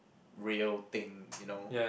real thing you know